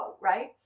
right